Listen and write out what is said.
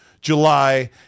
July